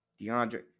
DeAndre